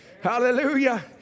Hallelujah